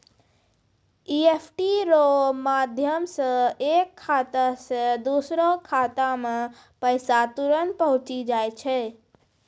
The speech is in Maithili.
ई.एफ.टी रो माध्यम से एक खाता से दोसरो खातामे पैसा तुरंत पहुंचि जाय छै